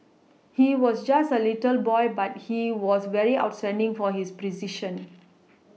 he was just a little boy but he was very outstanding for his precision